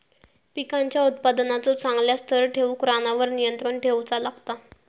पिकांच्या उत्पादनाचो चांगल्या स्तर ठेऊक रानावर नियंत्रण ठेऊचा लागता